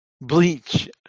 Bleach